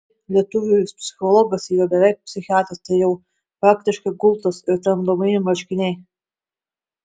lietuviui psichologas yra beveik psichiatras tai jau praktiškai gultas ir tramdomieji marškiniai